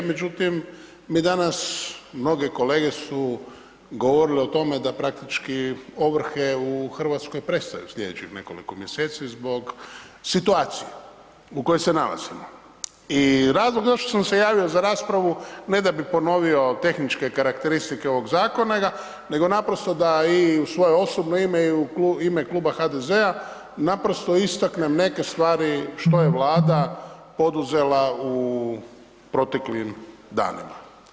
Međutim, mi danas, mnoge kolege su govorile o tome da praktički ovrhe u RH prestaju slijedećih nekoliko mjeseci zbog situacije u kojoj se nalazimo i razlog zašto sam se javio za raspravu, ne da bi ponovio tehničke karakteristike ovog zakona nego naprosto da i u svoje osobno ime i u ime kluba HDZ-a, naprosto istaknem neke stvari što je Vlada poduzela u proteklim danima.